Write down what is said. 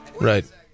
Right